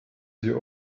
sie